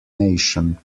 nation